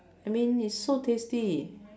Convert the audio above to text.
I mean it's so tasty